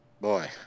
boy